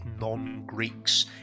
non-Greeks